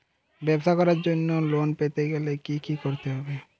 ব্যবসা করার জন্য লোন পেতে গেলে কি কি করতে হবে?